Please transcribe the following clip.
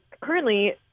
currently